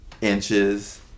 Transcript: inches